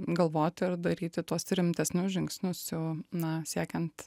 galvoti ir daryti tuos rimtesnius žingsnius jau na siekiant